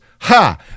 ha